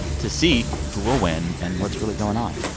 to see who will win and what's really going on